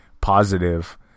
Positive